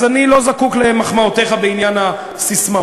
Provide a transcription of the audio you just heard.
אז אני לא זקוק למחמאותיך בעניין הססמאות.